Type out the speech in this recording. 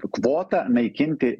kvotą naikinti